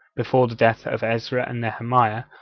before the death of ezra and nehemiah,